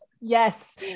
Yes